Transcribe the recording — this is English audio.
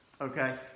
okay